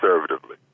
conservatively